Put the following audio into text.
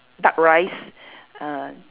duck rice err